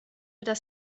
das